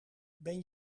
ben